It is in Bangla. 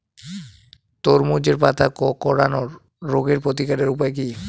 তরমুজের পাতা কোঁকড়ানো রোগের প্রতিকারের উপায় কী?